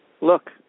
Look